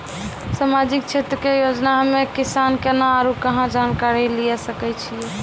समाजिक क्षेत्र के योजना हम्मे किसान केना आरू कहाँ जानकारी लिये सकय छियै?